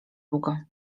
długo